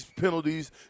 penalties